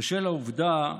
בשל העובדה,